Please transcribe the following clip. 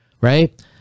Right